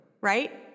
right